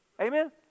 Amen